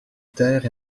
terre